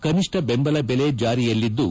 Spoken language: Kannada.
ಕನಿಷ್ಠ ಬೆಂಬಲ ಬೆಲೆ ಜಾರಿಯಲ್ಲಿದ್ದು